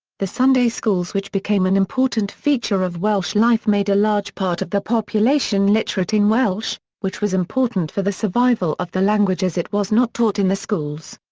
the sunday schools which became an important feature of welsh life made a large part of the population literate in welsh, which was important for the survival of the language as it was not taught in the schools.